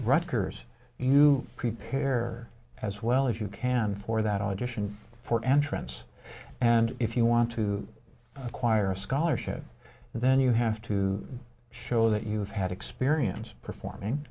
records you prepare as well as you can for that audition for entrance and if you want to acquire a scholarship then you have to show that you have had experience performing